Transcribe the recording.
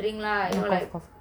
cough cough